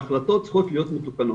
ההחלטות צריכות להיות מתוקנות.